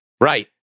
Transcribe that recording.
Right